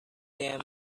them